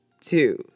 two